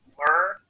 learn